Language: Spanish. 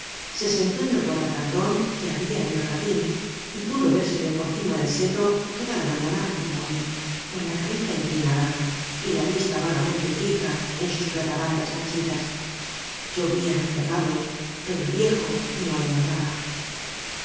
se sentó en el guardacanton que habia en el jardin y pudo vérsele por cima del seto toda la mañana inmóvil con la cabeza inclinada y la vista vagamente fija en sus platabandas marchitas llovia á intervalos pero elviejo no lo notaba a